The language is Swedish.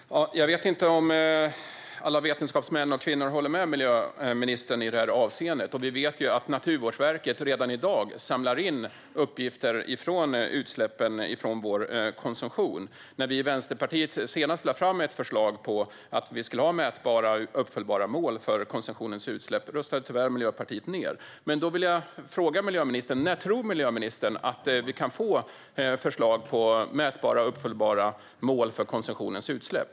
Herr talman! Jag vet inte om alla vetenskapsmän och vetenskapskvinnor håller med miljöministern i det avseendet. Vi vet att Naturvårdsverket redan i dag samlar in uppgifter om utsläppen från vår konsumtion. När vi i Vänsterpartiet senast lade fram ett förslag om att vi skulle ha mätbara och uppföljbara mål för konsumtionens utsläpp röstade tyvärr Miljöpartiet ned det. Jag vill fråga miljöministern: När tror miljöministern att vi kan få förslag på mätbara och uppföljbara mål för konsumtionens utsläpp?